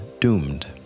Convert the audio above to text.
doomed